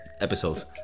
episodes